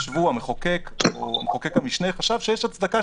המחוקק או מחוקק המשנה חשב שיש הצדקה,